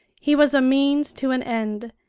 he was a means to an end,